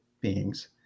beings